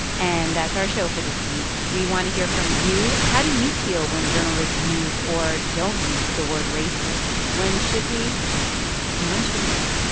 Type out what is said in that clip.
and that's our show for this week. we want to hear from you. how do you feel when journalists use or don't use the word racist? when should we and when shouldn't we?